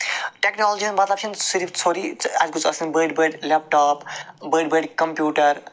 technology ہُنٛد مَطلَب چھُ نہٕ صرف ژھوٚرُے اَسہِ گٔژھ آسن بٔڑۍ بٔڑۍ لیپٹاپ بٔڑۍ بٔڑۍ کمپیوٗٹر